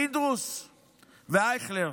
פינדרוס ואייכלר,